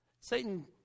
Satan